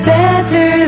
better